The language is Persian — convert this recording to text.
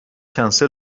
کنسل